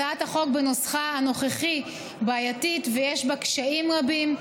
הצעת החוק בנוסחה הנוכחי בעייתית ויש בה קשיים רבים.